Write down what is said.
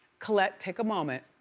colette take a moment.